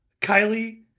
Kylie